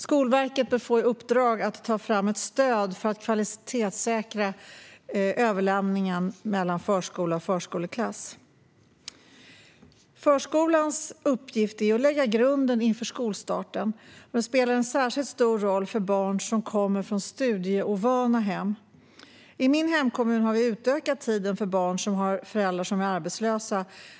Skolverket bör få i uppdrag att ta fram ett stöd för att kvalitetssäkra överlämningen mellan förskola och förskoleklass. Förskolans uppgift är att lägga grunden inför skolstarten. Det spelar särskilt stor roll för barn som kommer från studieovana hem. I min hemkommun har man utökat tiden i förskolan för barn som har föräldrar som är arbetslösa.